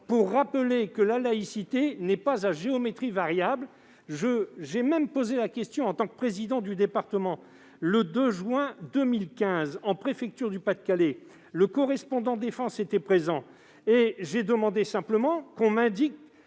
pour rappeler que la laïcité n'est pas à géométrie variable. J'ai même posé la question en tant que président du département, le 2 juin 2015, en préfecture du Pas-de-Calais, en présence du correspondant défense. J'ai demandé simplement que l'on m'indique